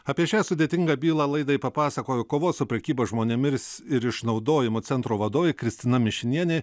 apie šią sudėtingą bylą laidai papasakojo kovos su prekyba žmonėmis ir išnaudojimu centro vadovė kristina mišinienė